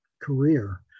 career